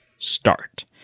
Start